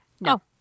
No